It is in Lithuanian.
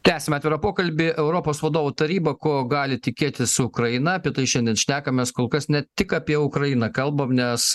tęsiam atvirą pokalbį europos vadovų taryba ko gali tikėtis ukraina apie tai šiandien šnekamės kol kas ne tik apie ukrainą kalbam nes